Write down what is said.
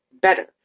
better